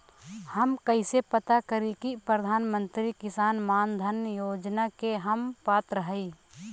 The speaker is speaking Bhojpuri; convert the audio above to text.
हम कइसे पता करी कि प्रधान मंत्री किसान मानधन योजना के हम पात्र हई?